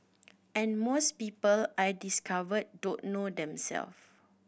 and most people I've discovered don't know themselves